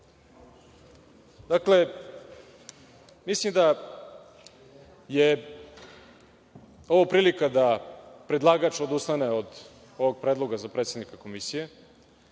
mislim da je ovo prilika da predlagač odustane od ovog predloga za predsednika Komisije.